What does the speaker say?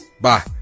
Bye